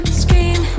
scream